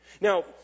Now